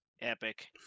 Epic